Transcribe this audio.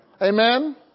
Amen